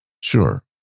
Sure